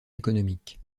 économique